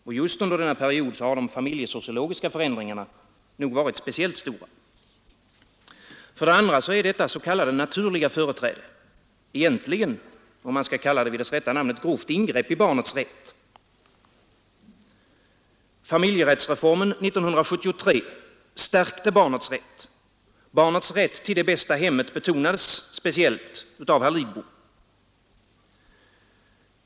Och just under denna period har de familjesociologiska förändringarna nog varit speciellt stora. För det andra är detta s.k. naturliga företräde egentligen, om man skall kalla det vid dess rätta namn, ett grovt ingrepp i barnets rätt. Familjerättsreformen 1973 stärkte barnets rätt. Barnets rätt till det bästa hemmet betonades speciellt av herr Lidbom.